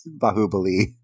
Bahubali